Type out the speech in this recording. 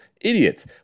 Idiots